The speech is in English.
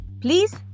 Please